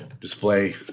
display